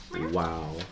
Wow